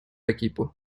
equipo